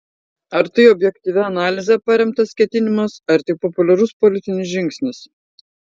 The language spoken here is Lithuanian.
ar tai objektyvia analize paremtas ketinimas ar tik populiarus politinis žingsnis